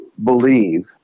believe